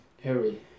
Harry